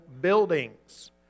buildings